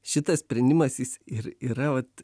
šitas sprendimas jis ir yra vat